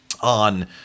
on